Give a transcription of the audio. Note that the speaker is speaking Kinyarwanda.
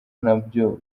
nabwo